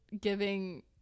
giving